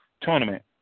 tournament